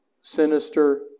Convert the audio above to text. sinister